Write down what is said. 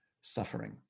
suffering